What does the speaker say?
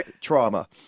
trauma